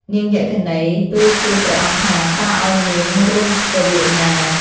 នាងយក្ខិនី ទូលសួរព្រះអង្គថា តើឲ្យនាងរស់របៀបណា?។